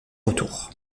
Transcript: retour